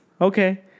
okay